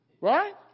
Right